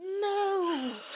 no